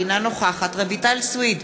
אינה נוכחת רויטל סויד,